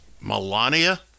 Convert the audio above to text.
Melania